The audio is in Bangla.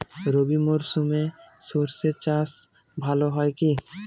রবি মরশুমে সর্ষে চাস ভালো হয় কি?